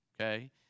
okay